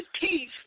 teeth